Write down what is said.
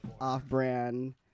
off-brand